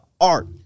art